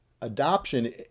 adoption